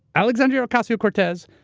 alexandria ocasio-cortez,